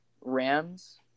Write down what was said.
Rams